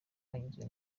yanyuzwe